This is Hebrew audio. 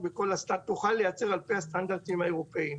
תוכל לייצר על פי הסטנדרטים האירופאיים.